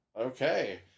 Okay